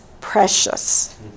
precious